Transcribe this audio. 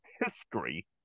history